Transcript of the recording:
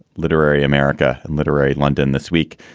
literary america, and literary london this week,